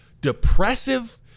depressive